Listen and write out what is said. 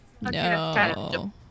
no